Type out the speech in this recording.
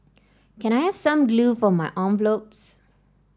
can I have some glue for my envelopes